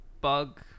bug